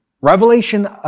Revelation